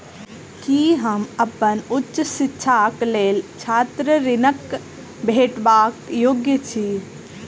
की हम अप्पन उच्च शिक्षाक लेल छात्र ऋणक भेटबाक योग्य छी?